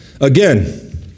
Again